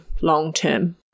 long-term